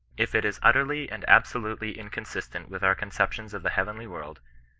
if it is utterly and absolutely inconsistent with our conceptions of the heavenly world,